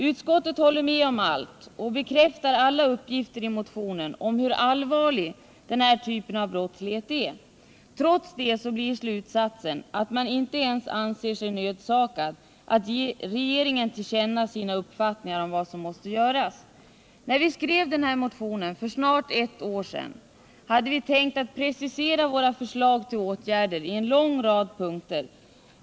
Utskottet håller med om allt och bekräftar alla uppgifter i motionen om hur allvarlig den här typen av brottslighet är. Trots det blir slutsatsen att man inte ens anser sig nödsakad att ge regeringen till känna sina uppfattningar om vad som måste göras. När vi skrev den här motionen för snart ett år sedan hade vi tänkt precisera våra förslag till åtgärder i en lång rad punkter.